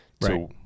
Right